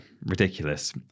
ridiculous